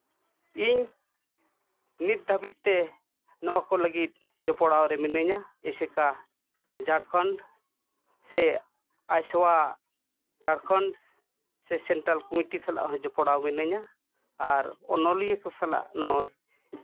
ᱤᱧ ᱱᱤᱛ ᱫᱷᱟᱹᱵᱤᱡᱛᱮ ᱱᱚᱣᱟ ᱠᱚ ᱞᱟᱹᱜᱤᱫ ᱡᱚᱯᱚᱲᱟᱣ ᱨᱮ ᱢᱤᱱᱟᱹᱧᱟ ᱮᱥᱮᱠᱟ ᱡᱷᱟᱲᱠᱷᱚᱸᱰ ᱥᱮ ᱟᱭᱥᱳᱣᱟ ᱡᱷᱟᱲᱠᱷᱚᱸᱰ ᱥᱮ ᱥᱮᱱᱴᱨᱟᱞ ᱠᱚᱢᱤᱴᱤ ᱥᱟᱞᱟᱜ ᱦᱚᱸ ᱡᱚᱯᱲᱟᱣ ᱢᱤᱱᱟᱹᱧᱟ ᱟᱨ ᱚᱱᱚᱞᱤᱭᱟᱹ ᱠᱚ ᱥᱟᱞᱟᱜ ᱱᱚᱜᱼᱚᱭ